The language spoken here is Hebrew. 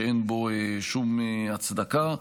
שאין בו שום הצדקה.